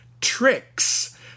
tricks